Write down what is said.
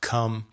Come